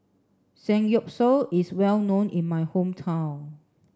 Samgyeopsal is well known in my hometown